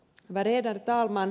värderade talman